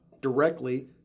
directly